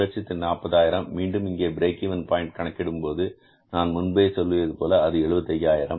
140000 மீண்டும் இங்கே break even point கணக்கிடும்போது நான் முன்பே சொல்லியது போல அது ரூபாய் 75000